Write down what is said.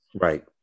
right